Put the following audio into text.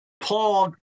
Paul